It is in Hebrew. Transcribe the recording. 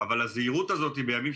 אבל איפה